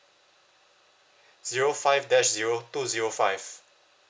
zero five dash zero two zero five